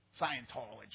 Scientology